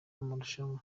marushanwa